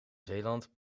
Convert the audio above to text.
zeeland